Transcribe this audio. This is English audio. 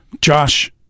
Josh